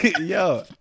yo